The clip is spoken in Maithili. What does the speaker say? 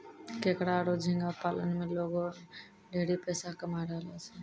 केकड़ा आरो झींगा पालन में लोगें ढेरे पइसा कमाय रहलो छै